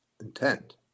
intent